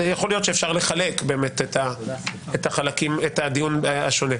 ויכול להיות שאפשר לחלק באמת את הדיון השונה.